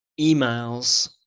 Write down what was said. emails